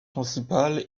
principal